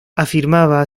afirmaba